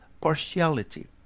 partiality